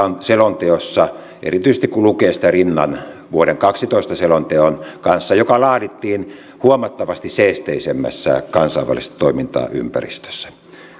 selonteossa erityisesti kun lukee sitä rinnan vuoden kaksitoista selonteon kanssa joka laadittiin huomattavasti seesteisemmässä kansainvälisessä toimintaympäristössä